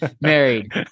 Married